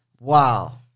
Wow